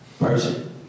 person